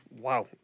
wow